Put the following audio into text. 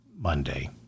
Monday